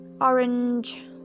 orange